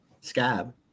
Scab